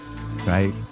right